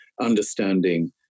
understanding